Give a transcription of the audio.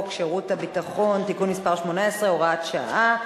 שירות ביטחון (תיקון מס' 18 והוראת שעה),